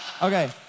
Okay